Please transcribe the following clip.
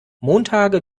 montage